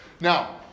Now